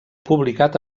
publicat